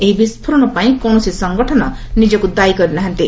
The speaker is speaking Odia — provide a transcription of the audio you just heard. ଏହି ବିସ୍କୋରଣ ପାଇଁ କୌଣସି ସଂଗଠନ ନିଜକ୍ତ ଦାୟୀ କରିନାହାନ୍ତି